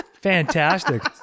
fantastic